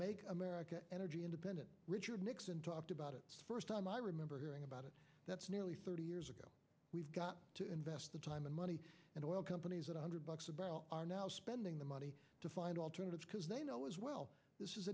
make america energy independent richard nixon talked about it first time i remember hearing about it that's nearly thirty years ago we've got to invest the time and money and oil companies one hundred bucks are now spending the money to find alternatives because they know as well this is